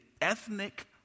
ethnic